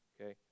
Okay